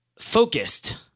focused